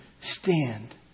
stand